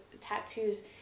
tattoos